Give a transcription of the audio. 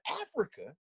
Africa